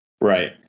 Right